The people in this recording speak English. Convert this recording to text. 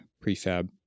prefab